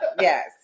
Yes